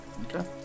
Okay